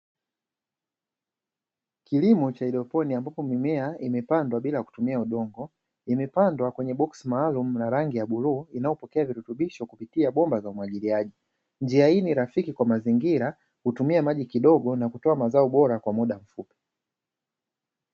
Kilimo cha haidroponi ambapo mimea imepandwa bila kutumia udongo, imepandwa kwenye boksi maalumu la rangi ya bluu , inayopokea virutubisho kupitia bomba za umwagiliaji. Njia hii ni rafiki kwa mazingira hutumia maji kidogo na kutoa mazao bora kwa muda mfupi.